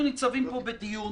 אנחנו ניצבים פה בדיון